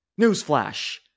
Newsflash